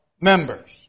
members